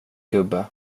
gubbe